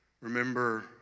remember